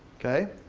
okay?